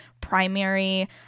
primary